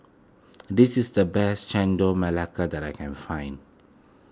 this is the best Chendol Melaka that I can find